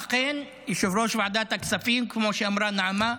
אכן, יושב-ראש ועדת הכספים, כמו שאמרה נעמה,